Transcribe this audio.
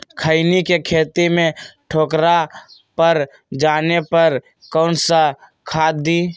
खैनी के खेत में ठोकरा पर जाने पर कौन सा खाद दी?